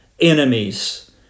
enemies